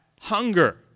hunger